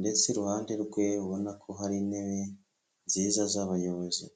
ndetse iruhande rwe ubona ko hari intebe nziza z'abayobozi.